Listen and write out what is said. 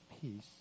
peace